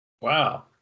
Wow